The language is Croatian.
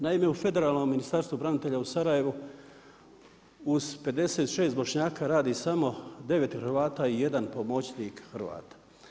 Naime u Federalnom ministarstvu branitelja u Sarajevu uz 56 Bošnjaka radi samo 9 Hrvata i 1 pomoćnik Hrvat.